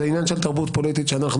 זה עניין של תרבות פוליטית שאנחנו